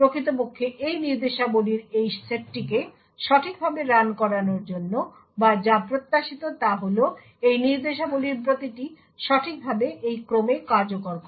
প্রকৃতপক্ষে এই নির্দেশাবলীর এই সেটটিকে সঠিকভাবে রান করানোর জন্য বা যা প্রত্যাশিত তা হল এই নির্দেশাবলীর প্রতিটি সঠিকভাবে এই ক্রমে কার্যকর করা